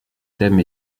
thème